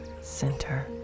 center